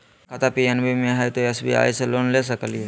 हमर खाता पी.एन.बी मे हय, तो एस.बी.आई से लोन ले सकलिए?